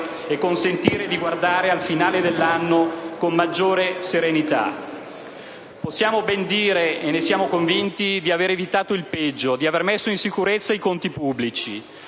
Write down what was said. e consentire di guardare al finale dell'anno con maggiore serenità. Possiamo ben dire, e ne siamo convinti, di avere evitato il peggio, di avere messo in sicurezza i conti pubblici.